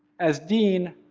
as dean,